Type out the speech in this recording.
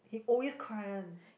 he always cry one